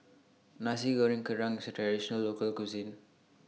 Nasi Goreng Kerang Local Cuisine